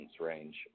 range